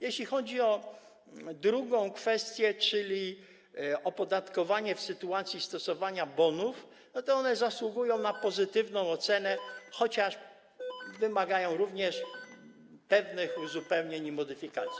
Jeśli chodzi o drugą kwestię, czyli opodatkowanie w sytuacji stosowania bonów, to zasługuje to na pozytywną ocenę, chociaż wymaga również pewnych uzupełnień i modyfikacji.